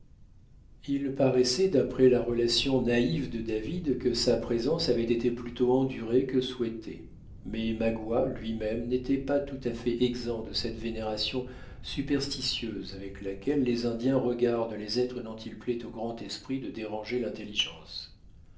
il paraissait d'après la relation naïve de david que sa présence avait été plutôt endurée que souhaitée mais magua lui-même n'était pas tout à fait exempt de cette vénération superstitieuse avec laquelle les indiens regardent les êtres dont il plaît au grand esprit de déranger l'intelligence